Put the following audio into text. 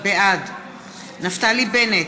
בעד נפתלי בנט,